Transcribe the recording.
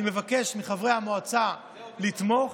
אני מבקש מחברי המועצה לתמוך.